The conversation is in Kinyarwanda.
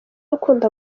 ukunda